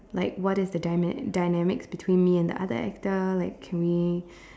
like what is the dyna~ dynamics between me and the other actor like can we